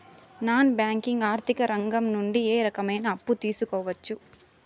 Non banking ఆర్థిక రంగం నుండి ఏ రకమైన అప్పు తీసుకోవచ్చు?